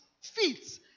feet